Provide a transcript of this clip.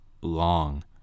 long